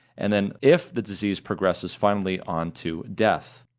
and then if the disease progresses finally onto death.